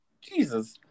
Jesus